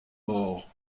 mort